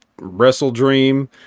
WrestleDream